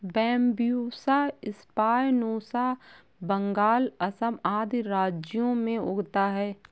Bambusa spinosa Bengal, Assam आदि राज्यों में उगता है